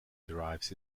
derives